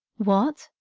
what,